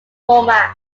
format